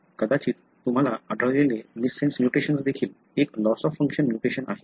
कदाचित तुम्हाला आढळलेले मिससेन्स म्युटेशन्स देखील एक लॉस ऑफ फंक्शन म्युटेशन आहे